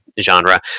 genre